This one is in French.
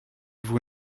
vous